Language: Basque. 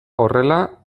horrela